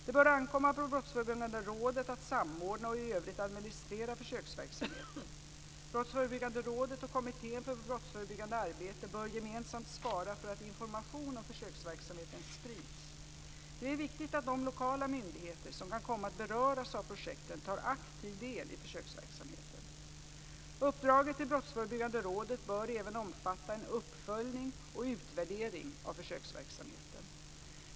Det bör ankomma på Brottsförebyggande rådet att samordna och i övrigt administrera försöksverksamheten. Brottsförebyggande rådet och Kommittén för brottsförebyggande arbete bör gemensamt svara för att information om försöksverksamheten sprids. Det är viktigt att de lokala myndigheter som kan komma att beröras av projekten tar aktiv del i försöksverksamheten. Uppdraget till Brottsförebyggande rådet bör även omfatta en uppföljning och utvärdering av försöksverksamheten.